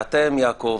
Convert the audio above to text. ואתם, יעקב,